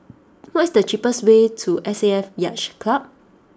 what is the cheapest way to S A F Yacht Club